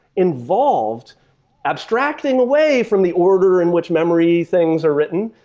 involved abstracting away from the order in which memory things are written.